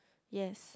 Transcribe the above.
yes